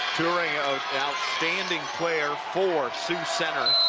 outstanding player for sioux center,